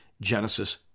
Genesis